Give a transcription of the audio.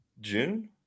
June